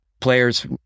players